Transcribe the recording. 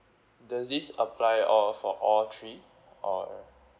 does this apply all for all three or